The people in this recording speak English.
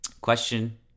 question